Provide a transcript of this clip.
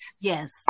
Yes